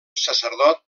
sacerdot